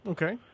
Okay